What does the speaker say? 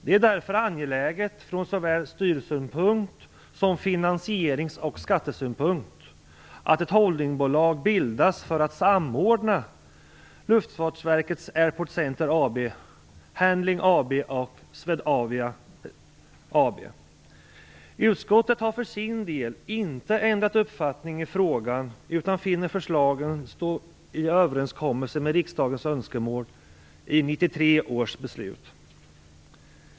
Det är därför angeläget från såväl styrsynpunkt som finansierings och skattesynpunkt att ett holdingbolag bildas för att samordna LFV Airport Center AB, Handling Utskottet har för sin del inte ändrat uppfattning i frågan utan finner förslagen stå i överensstämmelse med riksdagens önskemål i 1993 års beslut.